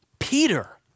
Peter